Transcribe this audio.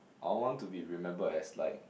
I want to be remembered as like